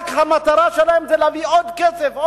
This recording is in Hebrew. שהמטרה שלהן היא רק להביא עוד כסף,